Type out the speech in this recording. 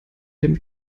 dem